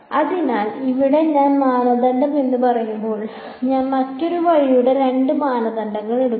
അതിനാൽ ഇവ ഞാൻ മാനദണ്ഡം എന്ന് പറയുമ്പോൾ ഞാൻ മറ്റൊരു വഴിയുടെ രണ്ട് മാനദണ്ഡങ്ങൾ എടുക്കുന്നു